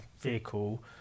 vehicle